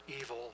evil